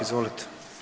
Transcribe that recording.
Izvolite.